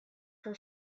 her